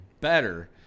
better